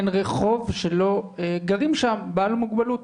אין רחוב שלא גרים שם בעלי מוגבלות.